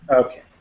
Okay